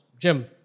Jim